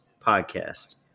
podcast